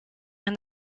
and